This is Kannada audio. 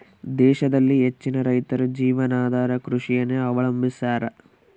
ದೇಶದಲ್ಲಿ ಹೆಚ್ಚಿನ ರೈತರು ಜೀವನಾಧಾರ ಕೃಷಿಯನ್ನು ಅವಲಂಬಿಸ್ಯಾರ